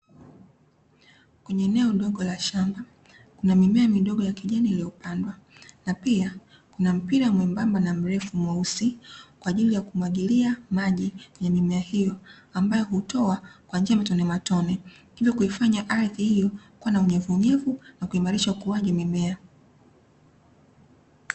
Kwenye eneo dogo la shamba, kuna mimea midogo ya kijani iliyopandwa. Na pia kuna mpira mwembamba na mrefu mweusi kwa ajili ya kumwagilia maji ya mimea hiyo, ambayo hutoa kwa njia ya matonematone hivyo kuifanya ardhi hiyo kuwa na unyevunyevu na kuimarisha ukuaji wa mimea.